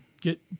get